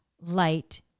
light